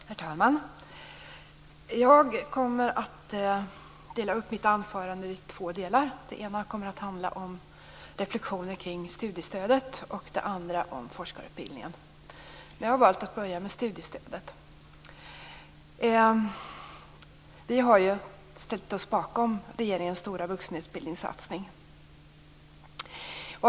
Herr talman! Jag kommer att dela upp mitt anförande i två delar. Den ena kommer att handla om reflexioner kring studiestödet. Den andra delen kommer att handla om forskarutbildningen. Jag har valt att börja med studiestödet. Vi har ställt oss bakom regeringens stora satsning på vuxenutbildning.